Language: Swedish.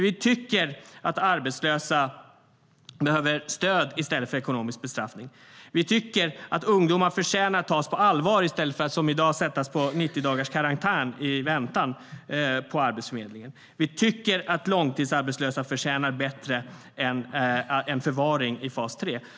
Vi tycker nämligen att arbetslösa behöver stöd i stället för ekonomisk bestraffning. Vi tycker att ungdomar förtjänar att tas på allvar i stället för att, som i dag, sättas i 90-dagarskarantän på Arbetsförmedlingen. Vi tycker att långtidsarbetslösa förtjänar bättre än förvaring i fas 3.